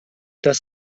das